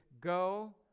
go